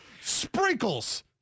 Sprinkles